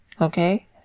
okay